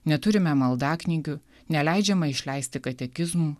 neturime maldaknygių neleidžiama išleisti katekizmų